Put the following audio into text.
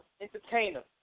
entertainer